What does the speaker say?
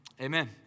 amen